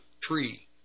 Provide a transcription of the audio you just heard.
tree